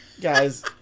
Guys